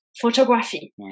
photography